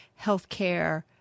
healthcare